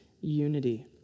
unity